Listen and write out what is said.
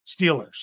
Steelers